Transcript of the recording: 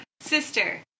Sister